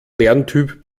lerntyp